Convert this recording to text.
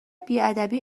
بیادبی